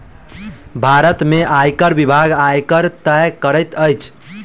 भारत में आयकर विभाग, आयकर तय करैत अछि